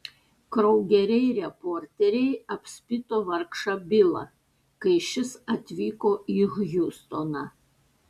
kraugeriai reporteriai apspito vargšą bilą kai šis atvyko į hjustoną